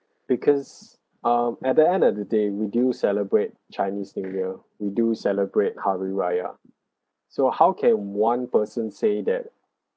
because um at the end of the day we do celebrate chinese new year we do celebrate hari raya so how can one person say that